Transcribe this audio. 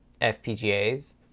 fpgas